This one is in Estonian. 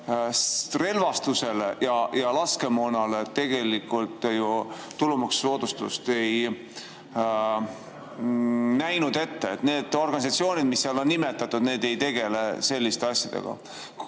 relvastusele ja laskemoonale tegelikult ju tulumaksusoodustust ette ei näinud. Need organisatsioonid, mis seal on nimetatud, ei tegele selliste asjadega.